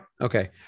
Okay